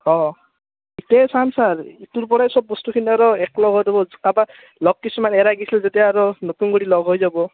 অঁ ইতেই চাম ছাৰ ইটোৰ পৰাই চব বস্তুখিনি আৰু লগ হৈ যাব কাৰাবাৰ লগ কিছুমান এৰাই গিছিল যেতিয়া আৰু নতুন কৰি লগ হৈ যাব